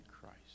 Christ